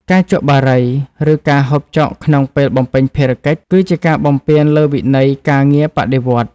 ការជក់បារី ឬការហូបចុកក្នុងពេលបំពេញភារកិច្ច គឺជាការបំពានលើវិន័យការងារបដិវត្តន៍។